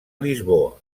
lisboa